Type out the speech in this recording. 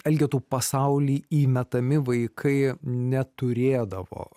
elgetų pasaulį įmetami vaikai neturėdavo